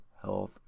health